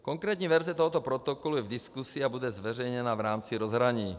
Konkrétní verze tohoto protokolu je v diskuzi a bude zveřejněna v rámci rozhraní.